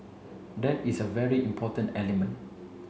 that is a very important element